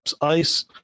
ice